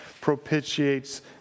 propitiates